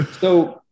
So-